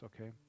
okay